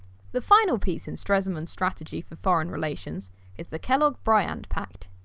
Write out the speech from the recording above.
the final piece instrument strategy for foreign relations is the kellogg-briand pact.